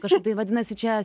kažkaip tai vadinasi čia